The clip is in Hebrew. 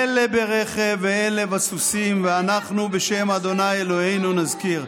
אלה ברכב ואלה בסוסים ואנחנו בשם ה' אלהינו נזכיר.